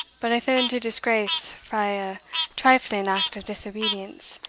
but i fell into disgrace frae a trifling act of disobedience,